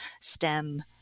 STEM